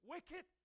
Wicked